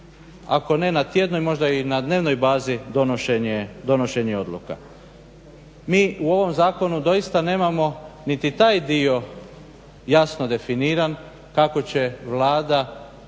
ako ne na tjednoj, možda i na dnevnoj bazi donošenje odluka. Mi u ovom zakonu doista nemamo niti taj dio jasno definiran kako će Vlada donositi